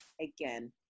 again